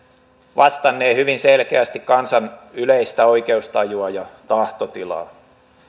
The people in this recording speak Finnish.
vastannee hyvin selkeästi kansan yleistä oikeustajua ja tahtotilaa